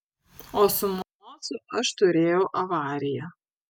o su mocu aš turėjau avariją